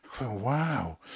Wow